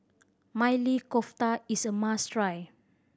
Maili Kofta is a must try